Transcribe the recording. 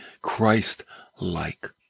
Christ-like